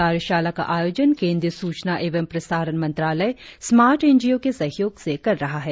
कार्याशाला का आयोजन केंद्रीय सूचना एंव प्रसारण मंत्रालय स्मार्ट एन जी ओ के सहयोग से कर रहा है